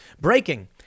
breaking